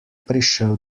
prišel